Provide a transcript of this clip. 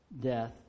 death